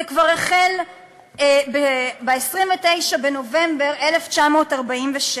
זה כבר החל ב-29 בנובמבר 1947,